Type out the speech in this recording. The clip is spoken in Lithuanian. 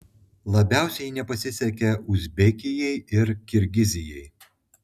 labiausiai nepasisekė uzbekijai ir kirgizijai